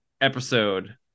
episode